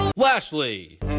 Lashley